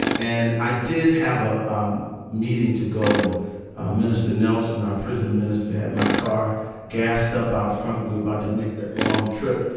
and i did have a um meeting to go. and minister nelson, our prison minister, had my car gassed up out front. we were about to make that long trip.